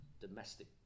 domestic